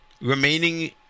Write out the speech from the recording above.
remaining